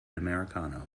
americano